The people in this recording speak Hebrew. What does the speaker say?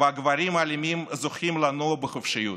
והגברים האלימים זוכים לנוע בחופשיות.